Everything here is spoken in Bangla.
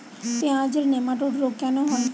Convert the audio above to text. পেঁয়াজের নেমাটোড রোগ কেন হয়?